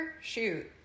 Shoot